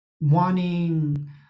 wanting